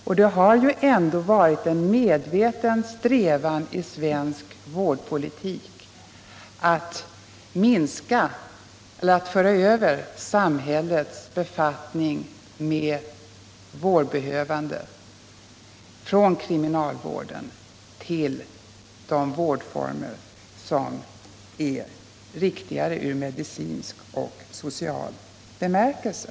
Och det har ändå varit en medveten strävan i svensk vårdpolitik att föra över samhällets befattning med vårdbehövande från kriminalvården till de vårdformer som är riktigare ur medicinsk och social bemärkelse.